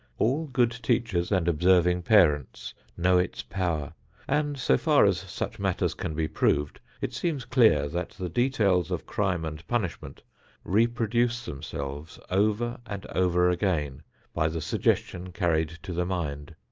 all good teachers and observing parents know its power and, so far as such matters can be proved, it seems clear that the details of crime and punishment reproduce themselves over and over again by the suggestion carried to the mind,